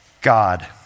God